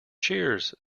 cheers